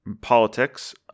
Politics